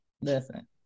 Listen